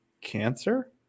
cancer